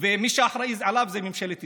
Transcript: ומי שאחראי לו זה ממשלת ישראל,